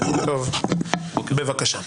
בבקשה.